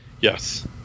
Yes